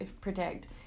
protect